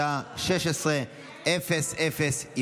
התקבלה בקריאה השנייה והשלישית,